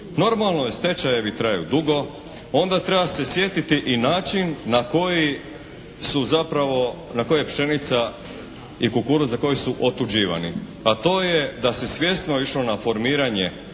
normalno je stečajevi traju dugo, onda treba se sjetiti i način na koji su zapravo na koje je pšenica i kukuruz, za koje su otuđivani. A to je da se svjesno išlo na formiranje